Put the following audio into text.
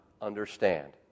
understand